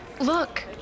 Look